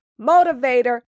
motivator